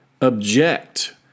object